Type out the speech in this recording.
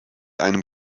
einem